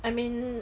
I mean